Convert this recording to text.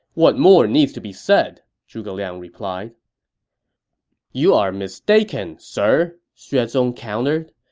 what more needs to be said? zhuge liang replied you are mistaken, sir, xue zong countered.